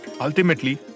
Ultimately